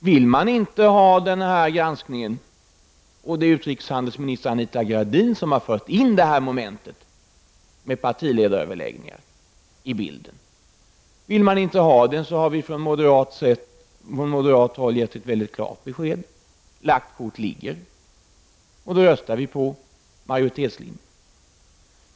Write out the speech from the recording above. Om man inte vill ha denna granskning — det är utrikeshandelsminister Anita Gradin som har fört in momentet med partiledaröverläggningar i bilden — har vi från moderat håll gett ett mycket klart besked, nämligen att lagt kort ligger, och vi röstar då på majoritetslinjen.